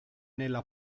nella